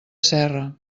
serra